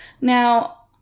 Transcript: Now